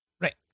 Right